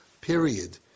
period